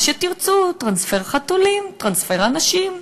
מה שתרצו: טרנספר חתולים, טרנספר אנשים,